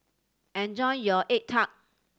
enjoy your egg tart